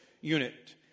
unit